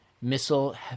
missile